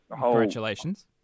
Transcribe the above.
congratulations